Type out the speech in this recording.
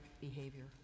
behavior